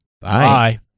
Bye